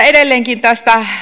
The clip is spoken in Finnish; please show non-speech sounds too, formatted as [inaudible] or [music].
[unintelligible] edelleenkin tästä